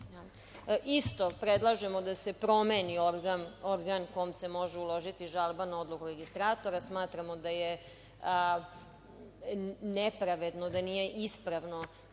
Isto predlažemo da se promeni organ kome se može uložiti žalba na odluku registratora. Smatramo da je nepravedno, da nije ispravno